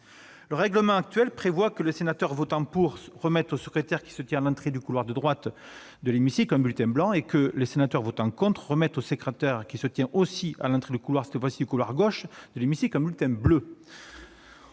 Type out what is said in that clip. le règlement actuel prévoit que « les sénateurs votant " pour " remettent au secrétaire qui se tient à l'entrée du couloir de droite de l'hémicycle un bulletin blanc » et que « les sénateurs votant " contre " remettent au secrétaire qui se tient à l'entrée du couloir de gauche de l'hémicycle un bulletin bleu